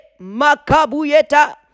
makabuyeta